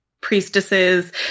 priestesses